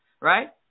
right